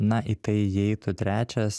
na į tai įeitų trečias